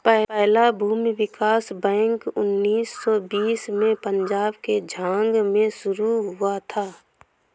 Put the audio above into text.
पहला भूमि विकास बैंक उन्नीस सौ बीस में पंजाब के झांग में शुरू हुआ था